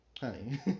Honey